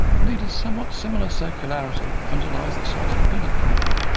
indeed a somewhat similar circularity underlies the salted peanut phenomenon,